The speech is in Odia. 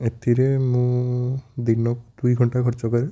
ଏଥିରେ ମୁଁ ଦିନକୁ ଦୁଇଘଣ୍ଟା ଖର୍ଚ୍ଚ କରେ